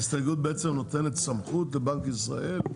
בהסתייגות בעצם את נותנת סמכות לבנק ישראל?